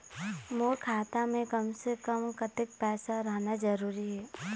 मोर खाता मे कम से से कम कतेक पैसा रहना जरूरी हे?